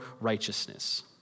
righteousness